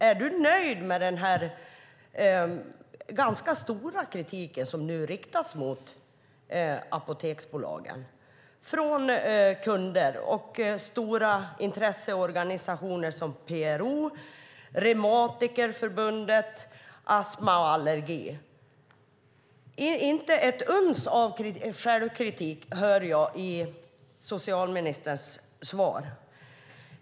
Är du nöjd med den ganska stora kritik som nu riktas mot apoteksbolagen från kunder och stora intresseorganisationer som PRO, Reumatikerförbundet och Astma och Allergiförbundet? Inte ett uns av självkritik hör jag i socialministerns svar.